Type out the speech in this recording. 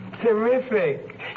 Terrific